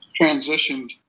transitioned